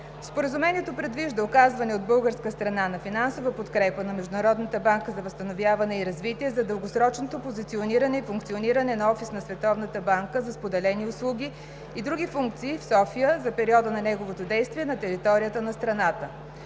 Споразумението предвижда оказване от българска страна на финансова подкрепа на Международната банка за възстановяване и развитие за дългосрочното позициониране и функциониране на Офис на Световната банка за споделени услуги и други функции в София за периода на неговото действие на територията на страната.